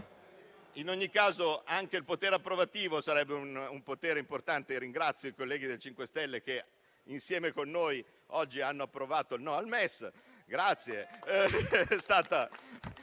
In ogni caso, anche il potere approvativo sarebbe un potere importante e ringrazio i colleghi del MoVimento 5 Stelle che, insieme con noi, oggi hanno approvato il parere